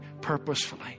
purposefully